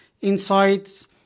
insights